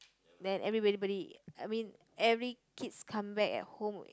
then everybody body I mean every kids come back at home